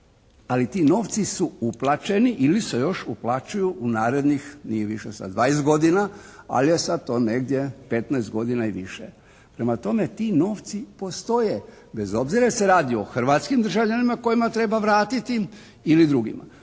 ali ti novci su uplaćeni ili se još uplaćuju u narednih, nije više sad 20 godina, ali je sad to negdje 15 godina i više. Prema tome, ti novci postoje bez obzira je li se radi o hrvatskim državljanima kojima treba vratiti ili drugima.